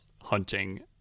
hunting